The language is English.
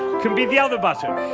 can be the other buttock.